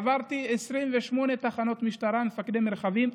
עברתי 28 תחנות משטרה ומפקדי מרחבים,